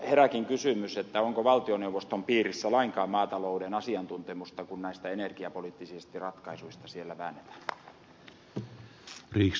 herääkin kysymys onko valtioneuvoston piirissä lainkaan maatalouden asiantuntemusta kun näistä energiapoliittisista ratkaisuista siellä väännetään